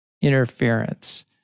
interference